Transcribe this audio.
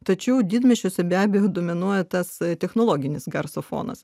tačiau didmiesčiuose be abejo dominuoja tas technologinis garso fonas